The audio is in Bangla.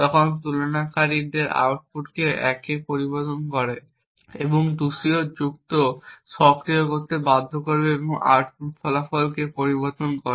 তখন এটি তুলনাকারীদের আউটপুটকে 1 এ পরিবর্তন করে এবং দূষিত যুক্তি সক্রিয় করতে বাধ্য করে এবং আউটপুট ফলাফলকে পরিবর্তন করে